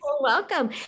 welcome